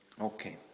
Okay